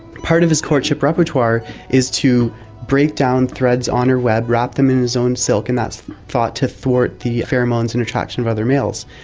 part of his courtship repertoire is to break down threads on her web, wrap them in his own silk, and that's thought to thwart the pheromones and attraction of other males.